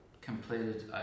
completed